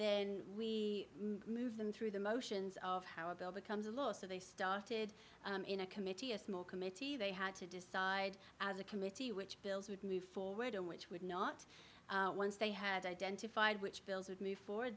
then we move them through the motions of how a bill becomes a law so they started in a committee a small committee they had to decide as a committee which bills would move forward and which would not once they had identified which bills would move for